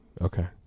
Okay